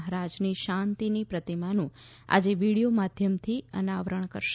મહારાજની શાંતીની પ્રતિમાનું આજે વીડિયો માધ્યમથી અનાવરણ કરશે